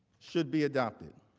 should be adopted.